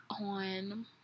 on